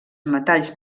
metalls